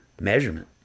measurement